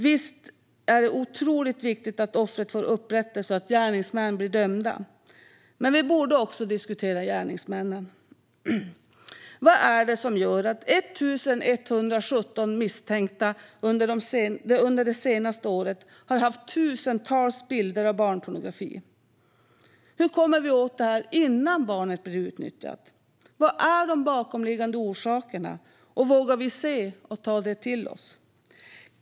Visst är det otroligt viktigt att offret får upprättelse och att gärningsmän blir dömda. Men vi borde också diskutera gärningsmännen. Vad är det som gör att 1 117 misstänkta under det senaste året har haft tusentals bilder av barnpornografi? Hur kommer vi åt detta innan barnet blir utnyttjat? Vilka är de bakomliggande orsakerna, och vågar vi se och ta det till oss?